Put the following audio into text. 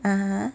(uh huh)